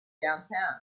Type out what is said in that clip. downtown